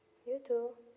you too